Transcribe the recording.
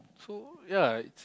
so ya